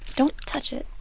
don't touch it.